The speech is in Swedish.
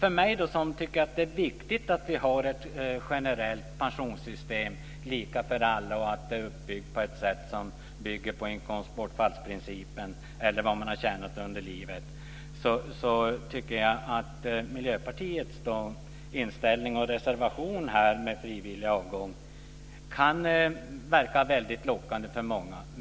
Jag tycker att det är viktigt att vi har ett generellt pensionssystem lika för alla, som är uppbyggt på inkomstbortfallsprincipen eller vad man har tjänat under livet. Miljöpartiets förslag i reservationen om frivillig avgång kan verka väldigt lockande för många.